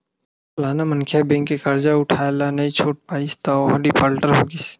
फलाना मनखे ह बेंक के करजा उठाय ल नइ छूट पाइस त ओहा डिफाल्टर हो गिस